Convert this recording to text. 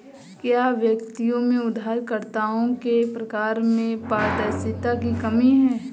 क्या व्यक्तियों में उधारकर्ताओं के प्रकारों में पारदर्शिता की कमी है?